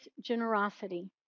generosity